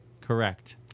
Correct